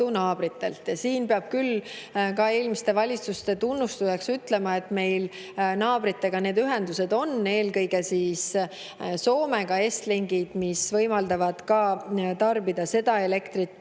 naabritelt. Siin peab küll ka eelmiste valitsuste tunnustuseks ütlema, et meil on naabritega need ühendused, eelkõige Soomega EstLingid, mis võimaldavad tarbida elektrit,